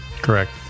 Correct